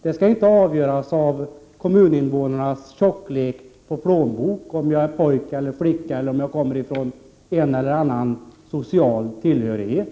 Det skall inte avgöras av kommuninvånarnas plånbokstjocklek, av att man är pojke eller flicka eller av att man har en eller annan social tillhörighet.